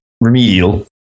remedial